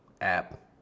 app